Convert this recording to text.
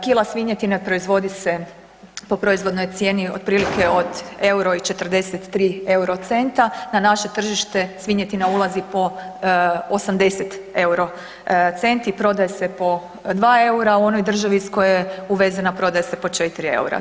Kila svinjetine proizvodi se po proizvodnoj cijeni otprilike od euro i 43 eurocenta, na naše tržište svinjetina ulazi po 80 eurocenti, prodaje se po 2 EUR-a, a u onoj državi iz koje je uvezena prodaje se po 4 EUR-a.